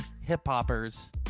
hip-hoppers